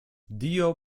dio